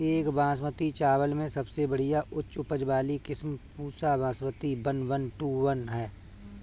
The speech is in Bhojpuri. एक बासमती चावल में सबसे बढ़िया उच्च उपज वाली किस्म Pusa Basmati one one two one ह?